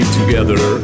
together